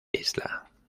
isla